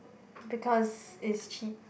because is cheap